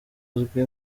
uzwi